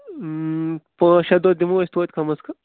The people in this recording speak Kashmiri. پٲنٛژ شےٚ دۄہ دِمو أسۍ توتہِ کَم از کَم